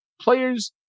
players